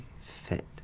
fit